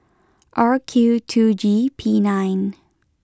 R Q two G P nine